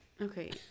Okay